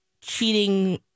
cheating